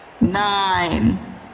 Nine